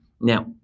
Now